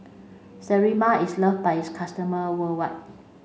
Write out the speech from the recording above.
Sterimar is loved by its customers worldwide